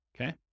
okay